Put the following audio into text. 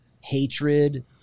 hatred